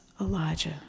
Elijah